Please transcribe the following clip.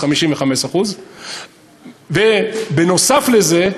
55%. נוסף על זה,